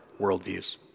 worldviews